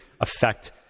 affect